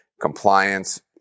compliance